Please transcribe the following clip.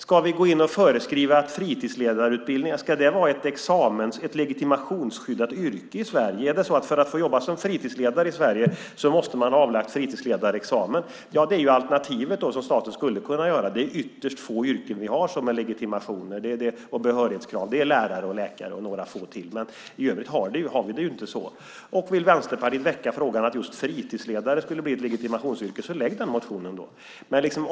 Ska vi föreskriva att fritidsledare ska vara ett legitimationsskyddat yrke i Sverige? Ska det vara så att man måste ha avlagt fritidsledarexamen för att få jobba som fritidsledare i Sverige? Det är det alternativ som staten skulle kunna göra. Vi har ytterst få yrken med legitimationer och behörighetskrav. Det är lärare, läkare och några få till, men i övrigt har vi det inte så. Vill Vänsterpartiet väcka frågan att just fritidsledare skulle bli ett legitimationsyrke får ni väl lägga fram den motionen.